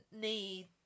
need